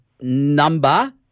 number